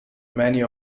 many